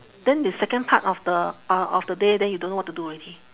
then the second part of the uh of the day then you don't know what to do already